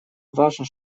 важно